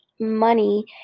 money